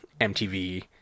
MTV